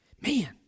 man